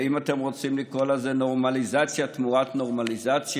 ואם אתם רוצים לקרוא לזה נורמליזציה תמורת נורמליזציה,